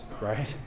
right